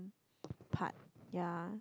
part yeah